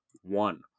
one